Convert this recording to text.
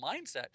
mindset